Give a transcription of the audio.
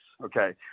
Okay